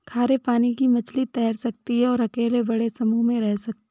खारे पानी की मछली तैर सकती है और अकेले बड़े समूह में रह सकती है